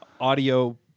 audio